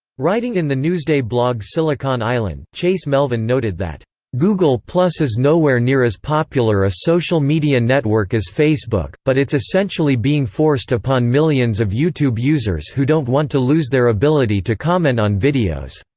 writing in the newsday blog silicon island, chase melvin noted that google is nowhere near as popular a social media network as facebook, but it's essentially being forced upon millions of youtube users who don't want to lose their ability to comment on videos